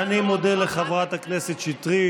אני מודה לחברת הכנסת שטרית.